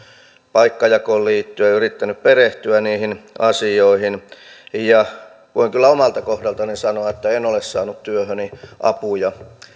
paikkajakoon liittyen yrittänyt perehtyä niihin asioihin voin kyllä omalta kohdaltani sanoa että en ole saanut työhöni apuja